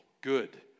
good